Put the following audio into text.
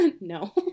No